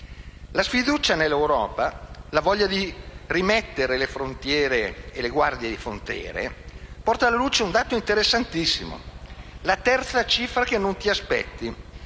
La sfiducia nell'Europa e la voglia di rimettere le guardie alle frontiere portano alla luce un dato interessantissimo, la terza cifra che non ti aspetti.